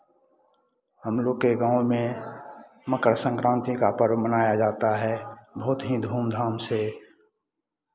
हमलोग के गांव में मकरसंक्रांति का पर्व मनाया जाता है बहुत ही धूमधाम से